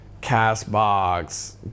CastBox